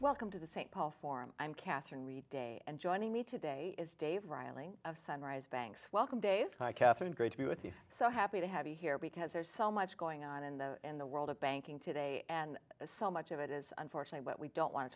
welcome to the st paul form i'm katherine reed day and joining me today is dave riling of sunrise banks welcome dave hi catherine great to be with you so happy to have you here because there's so much going on in the in the world of banking today and so much of it is unfortunate but we don't want to